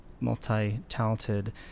multi-talented